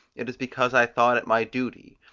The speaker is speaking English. it is because i thought it my duty,